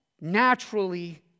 naturally